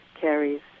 carries